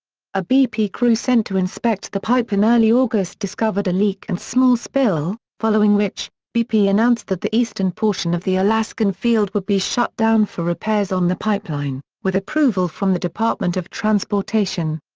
a bp crew sent to inspect the pipe in early august discovered a leak and small spill, following which, bp announced that the eastern portion of the alaskan field would be shut down for repairs on the pipeline, with approval from the department of transportation.